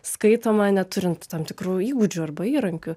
skaitoma neturint tam tikrų įgūdžių arba įrankių